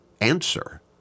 answer